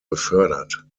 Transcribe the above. befördert